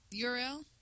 URL